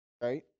right